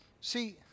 See